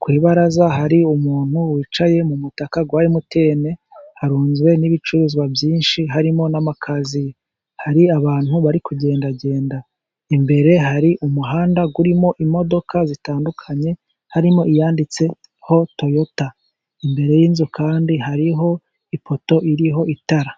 ku ibaraza, hari umuntu wicaye mu mutaka wa emutiyene, harunze n'ibicuruzwa byinshi, harimo n'amakaziye, hari abantu bari kugendagenda imbere hari umuhanda urimo imodoka zitandukanye, harimo iyanditseho, toyota imbere y'inzu kandi hariho ipoto ririho itara.